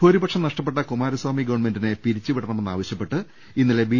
ഭൂരിപക്ഷം നഷ്ട പ്പെട്ട കുമാരസ്വാമി ഗവൺമെന്റിനെ പിരിച്ചുവിടണമെന്നാവശ്യപ്പെട്ട് ഇന്നലെ ബി